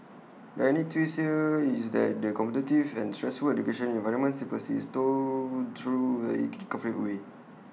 the ironic twist here is that the competitive and stressful education environment still persists though through A in A reconfigured way